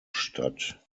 statt